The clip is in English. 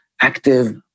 active